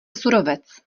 surovec